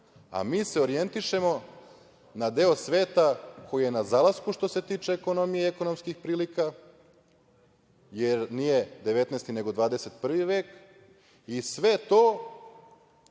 a mi se orijentišemo na deo sveta koji je na zalasku što se tiče ekonomije i ekonomskih prilika, jer nije 19. nego 21. vek i sve to